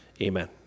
Amen